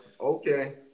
Okay